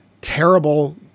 terrible